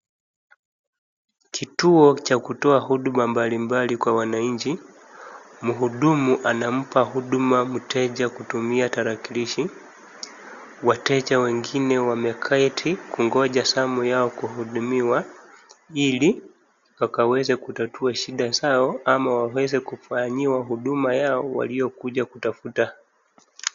Kituo cha kutoa huduma mbalimbali kwa wananchi. Mhudumu anampa hudumu mteja kutumia tarakilishi. Wateja wengine wameketi kugonja zamu yao kuhudumiwa ili wakaweze kutatua shida zao ama waweze kufanyiwa hudumu yao waliokuja kutafuta.